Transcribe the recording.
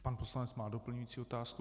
Pan poslanec má doplňující otázku.